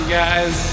guys